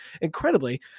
incredibly